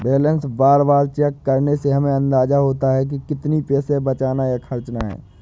balance बार बार check करने से हमे अंदाज़ा होता है की कितना पैसा बचाना या खर्चना है